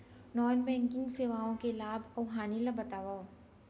non banking सेवाओं के लाभ अऊ हानि ला बतावव